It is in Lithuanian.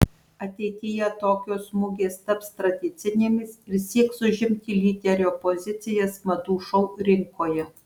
ateityje tokios mugės taps tradicinėmis ir sieks užimti lyderio pozicijas madų šou rinkoje